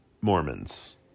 Mormons